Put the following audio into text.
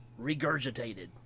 regurgitated